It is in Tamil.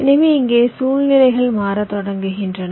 எனவே இங்கே சூழ்நிலைகள் மாறத் தொடங்கின